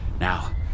now